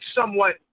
somewhat